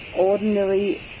ordinary